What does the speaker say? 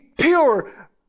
pure